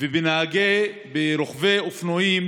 וברוכבי אופנועים